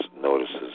notices